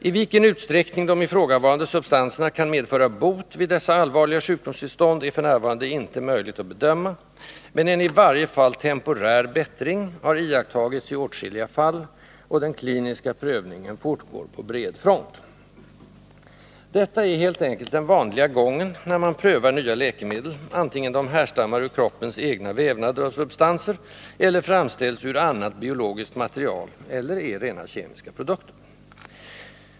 I vilken utsträckning de ifrågavarande substanserna kan medföra bot vid dessa allvarliga sjukdomstillstånd är f. n. icke möjligt att bedöma, men en i varje fall temporär bättring har iakttagits i åtskilliga fall, och den kliniska prövningen fortgår på bred front. Detta är helt enkelt den vanliga gången, när man prövar nya läkemedel, vare sig de härstammar ur kroppens egna vävnader och substanser eller framställes ur annat biologiskt material eller är rena kemiska produkter.